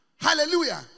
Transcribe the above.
Hallelujah